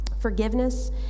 Forgiveness